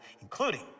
including